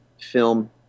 film